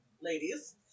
ladies